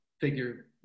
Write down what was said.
figure